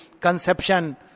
conception